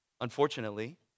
Unfortunately